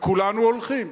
וכולנו הולכים.